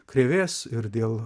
krėvės ir dėl